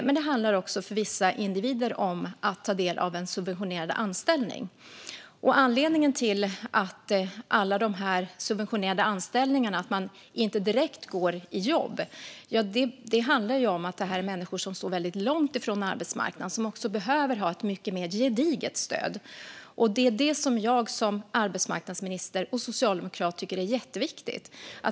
Men det handlar också för vissa individer om att få ta del av en subventionerad anställning. Anledningen till att inte alla direkt går till jobb från de subventionerade anställningarna är att det är människor som står väldigt långt från arbetsmarknaden. De behöver ha ett mycket mer gediget stöd. Det är det som jag som arbetsmarknadsminister och socialdemokrat tycker är jätteviktigt.